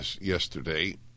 yesterday